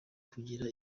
kugera